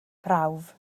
prawf